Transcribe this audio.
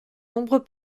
nombreux